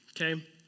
Okay